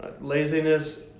Laziness